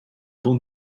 bon